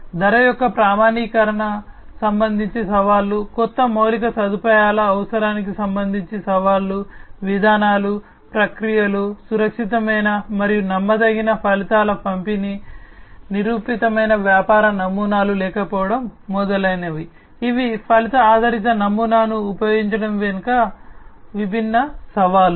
ధర యొక్క ప్రామాణీకరణకు సంబంధించి సవాళ్లు కొత్త మౌలిక సదుపాయాల అవసరానికి సంబంధించి సవాళ్లు విధానాలు ప్రక్రియలు సురక్షితమైన మరియు నమ్మదగిన ఫలితాల పంపిణీ నిరూపితమైన వ్యాపార నమూనాలు లేకపోవడం మొదలైనవి ఇవి ఫలిత ఆధారిత నమూనాను ఉపయోగించడం వెనుక విభిన్న సవాళ్లు